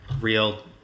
real